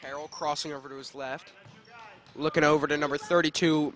carol crossing over to his left looking over to number thirty two